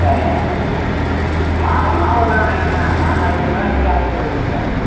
சரிங்க மாவு மாவெலாம் என்ன நாங்கள் அரைக்கணுங்களா நீங்கள் அரைத்துக் கொடுக்கிறீங்களா